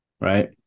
right